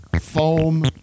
foam